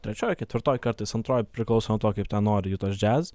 trečioj ketvirtoj kartais antroj priklauso nuo to kaip ten nori jų tas džiaz